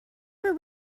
for